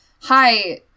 Hi